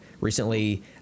recently